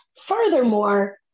Furthermore